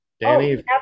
Danny